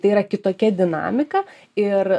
tai yra kitokia dinamika ir